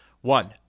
One